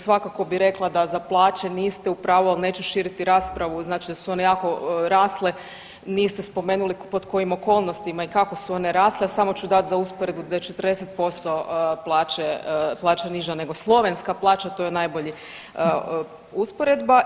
Svakako bih rekla da za plaće niste u pravu, ali neću širiti raspravu, znači da su one jako rasle, niste spomenuli pod kojim okolnostima i kako su one rasle samo ću dati za usporedbu da je 40% plaće, plaća niža nego slovenska plaća to je najbolji usporedba.